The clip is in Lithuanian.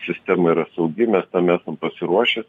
sistema yra saugi mes tam esam pasiruošę